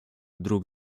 друг